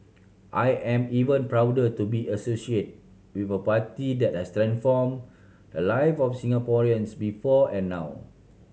I am even prouder to be associate with a party that has transform the live of Singaporeans before and now